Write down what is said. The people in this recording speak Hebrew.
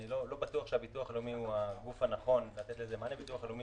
אני לא בטוח שביטוח לאומי הוא הגוף הנכון לתת לזה מענה -- למה?